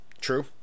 True